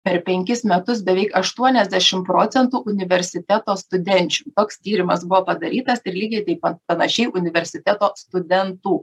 per penkis metus beveik aštuoniasdešim procentų universiteto studenčių toks tyrimas buvo padarytas ir lygiai taip pat panašiai universiteto studentų